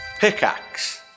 pickaxe